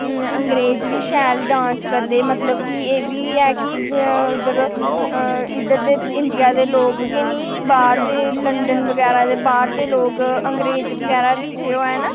अंगरेज बी शैल डांस करदे मतलब कि एह् बी ऐ कि उद्धर दे इंडिया दे लोक गै नीं बाह्र दे लंदन बगैरा दे बाह्र दे लोक अंगरेज बगैरा बी ओह् हैन